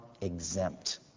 exempt